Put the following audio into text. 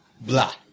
Blah